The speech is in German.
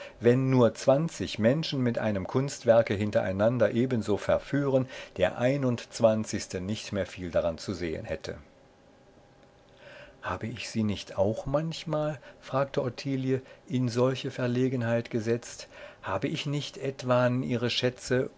wenn nur zwanzig menschen mit einem kunstwerke hintereinander ebenso verführen der einundzwanzigste nicht mehr viel daran zu sehen hätte habe ich sie nicht auch manchmal fragte ottilie in solche verlegenheit gesetzt habe ich nicht etwan ihre schätze